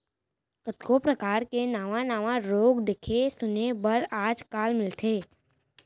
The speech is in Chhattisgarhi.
कतको परकार के नावा नावा रोग देखे सुने बर आज काल मिलथे